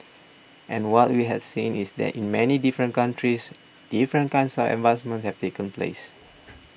and what we had seen is that in many different countries different kinds are advancements have taken place